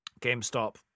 GameStop